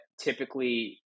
typically